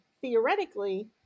theoretically